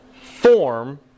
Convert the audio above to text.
form